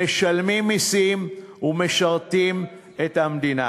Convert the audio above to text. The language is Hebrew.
משלמים מסים ומשרתים את המדינה.